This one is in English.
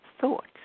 thoughts